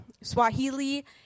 Swahili